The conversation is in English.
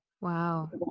Wow